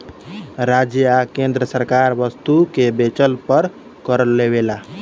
राज्य आ केंद्र सरकार वस्तु के बेचला पर कर लेवेला